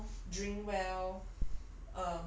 eat well drink well